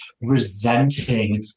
resenting